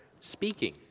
speaking